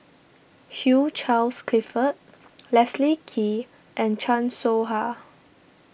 Hugh Charles Clifford Leslie Kee and Chan Soh Ha